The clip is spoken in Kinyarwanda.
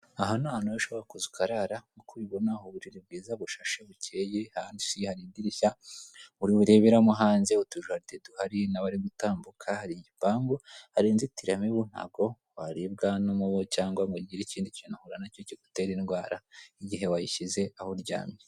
Aha ni ahantu rero ushobora kuza ukarara uko ubibona uburiri bwiza bushashe bukeye . ahandi hari idirishya ureberamo hanze utujaride duhari n'abari gutambuka hari igipangu , hari inzitiramibu ntabwo waribwa n'umubu cyangwa ngo ugire ikindi kintu uhura nacyo kigutere indwara igihe wayishyize aho uryamye.